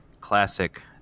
classic